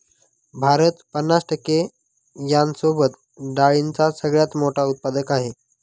भारत पन्नास टक्के यांसोबत डाळींचा सगळ्यात मोठा उत्पादक आहे